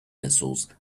missiles